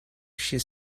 she